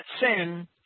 sin